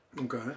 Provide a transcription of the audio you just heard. Okay